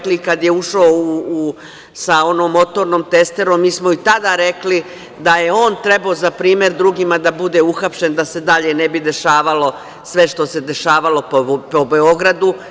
Kada je ušao sa onom motornom testerom, mi smo i tada rekli da je on trebao za primer drugima da bude uhapšen, da se dalje ne bi dešavalo sve što se dešavalo po Beogradu.